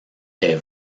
est